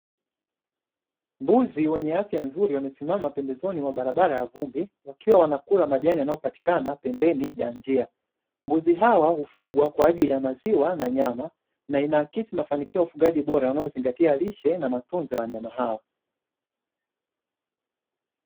Mbuzi wenye afya nzuri wamesimama pembezoni mwa barabara ya vumbi wakiwa wanakula majani yanayopatikana pembeni ya njia. Mbuzi hawa hufugwa kwa ajili ya maziwa na nyama na inaakisi mafanikio ya ufugaji bora unaozingatia lishe na matunzo ya wanyama hao.